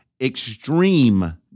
extreme